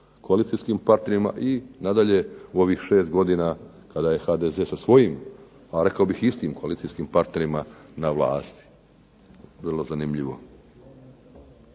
koalicijskim partnerima, i nadalje u ovih 6 godina kada je HDZ sa svojim, a rekao bih istim koalicijskim partnerima na vlasti. Vrlo zanimljivo.